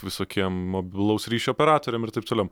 visokiem mobilaus ryšio operatoriam ir taip toliau